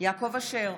יעקב אשר,